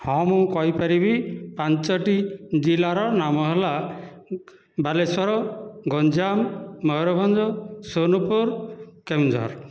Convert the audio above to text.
ହଁ ମୁଁ କହିପାରିବି ପାଞ୍ଚଟି ଜିଲ୍ଲାର ନାମ ହେଲା ବାଲେଶ୍ୱର ଗଞ୍ଜାମ ମୟୁରଭଞ୍ଜ ସୋନପୁର କେଉଁଝର